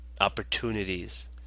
opportunities